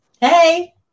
Hey